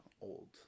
old